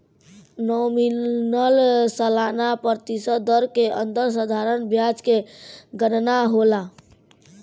nominal सालाना प्रतिशत दर के अंदर साधारण ब्याज के गनना होला